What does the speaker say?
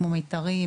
כמו מיתרים,